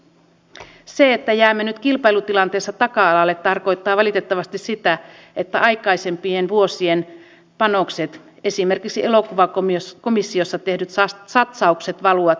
itse toivon että näiden joustojen kautta tulevaisuudessa nanso arabia ja monet muut perinteiset hienot suomalaiset brändit voivat tehdä tuotteita jälleen suomessa kilpailukykyiseen hintaan